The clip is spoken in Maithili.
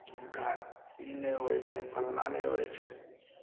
जिनका ई नहि होइ छै फल्लाँ नहि होइ छै